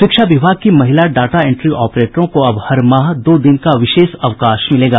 शिक्षा विभाग की महिला डाटा इंट्री ऑपरेटरों को अब हर माह दो दिन का विशेष अवकाश मिलेगा